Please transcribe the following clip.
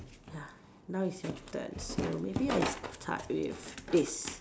ya now is your turn so maybe I start with this